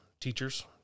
teachers